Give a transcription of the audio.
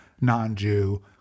non-Jew